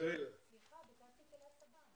ובשם כל הנוסעים.